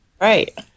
Right